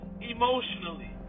emotionally